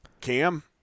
Cam